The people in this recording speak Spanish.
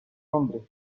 nombre